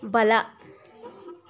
ಬಲ